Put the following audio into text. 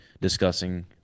discussing